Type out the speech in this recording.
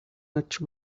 much